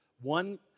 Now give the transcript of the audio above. One